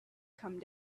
come